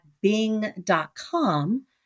bing.com